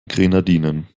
grenadinen